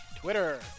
Twitter